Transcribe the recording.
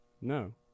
No